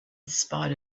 spite